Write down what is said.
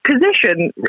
position